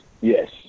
Yes